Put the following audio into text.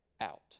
out